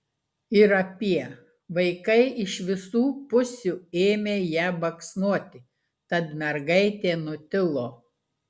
ir apie vaikai iš visų pusių ėmė ją baksnoti tad mergaitė nutilo